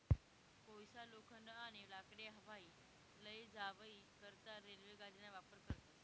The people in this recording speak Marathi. कोयसा, लोखंड, आणि लाकडे वाही लै जावाई करता रेल्वे गाडीना वापर करतस